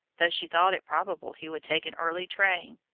though she thought it probable he would take an early train.